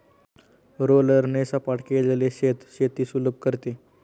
रोलरने सपाट केलेले शेत शेती सुलभ करते